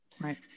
right